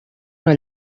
una